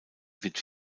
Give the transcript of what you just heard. wird